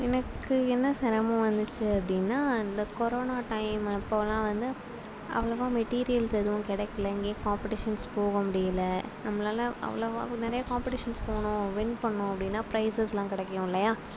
எனக்கு என்ன சிரமம் வந்துச்சு அப்படின்னா இந்த கொரோனா டைம் அப்போலாம் வந்து அவ்வளவா மெட்டீரியல்ஸ் எதுவும் கிடைக்கல எங்கேயும் காம்படிஷன்ஸ் போக முடியலை நம்மளால அவ்வளவாவு நிறைய காம்படிஷன்ஸ் போகணும் வின் பண்ணோம் அப்படின்னா ப்ரைஸஸ்லாம் கிடைக்கும் இல்லையா